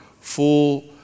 full